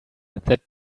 that